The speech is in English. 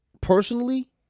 personally